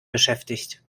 beschäftigt